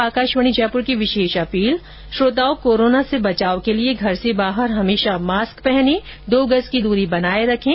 और अब आकाशवाणी जयपुर की विशेष अपील श्रोताओं कोरोना से बचाव के लिए घर से बाहर हमेशा मास्क पहने और दो गज की दूरी बनाए रखें